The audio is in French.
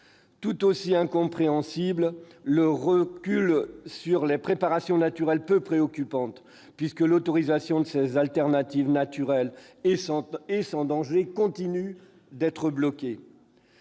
Tout aussi incompréhensible est le recul concernant les préparations naturelles peu préoccupantes, l'autorisation de ces solutions alternatives naturelles et sans danger continuant d'être bloquée.